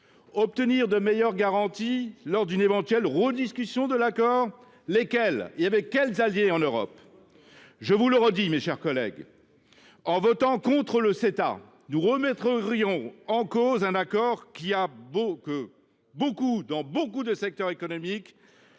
Obtenir de meilleures garanties lors d’une éventuelle rediscussion de l’accord ? Lesquelles ? Et avec quels alliés en Europe ? Je vous le redis, mes chers collègues : en votant contre le Ceta, nous remettrions en cause un accord qui est considéré, dans de nombreux secteurs économiques,